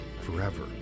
Forever